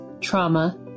trauma